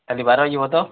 ଖାଲି ବାର ବଜେ ଯିବ ତ